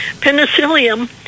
penicillium